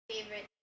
favorite